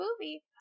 movie